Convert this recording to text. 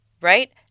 Right